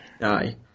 Aye